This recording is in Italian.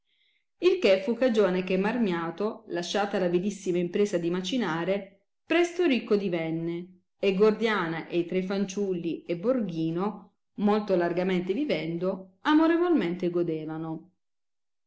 il che fu cagione che marmiato lasciata la vilissima impresa di macinare presto ricco divenne e gordiana e i tre fanciulli e borghino molto largamente vivendo amorevolmente godevano